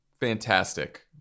Fantastic